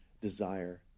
desire